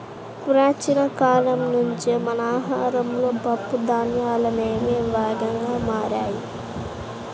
ప్రాచీన కాలం నుంచే మన ఆహారంలో పప్పు ధాన్యాలనేవి భాగంగా మారాయి